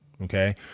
Okay